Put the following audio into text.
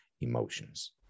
emotions